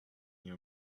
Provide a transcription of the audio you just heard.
near